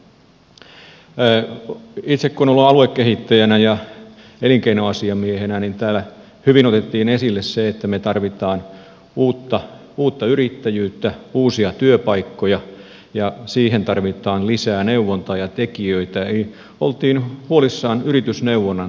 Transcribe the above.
itse kun olen ollut aluekehittäjänä ja elinkeinoasiamiehenä niin täällä hyvin otettiin esille se että me tarvitsemme uutta yrittäjyyttä uusia työpaikkoja ja siihen tarvitaan lisää neuvontaa ja tekijöitä eli oltiin huolissaan yritysneuvonnan tämänhetkisestä tilanteesta